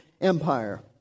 empire